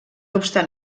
obstant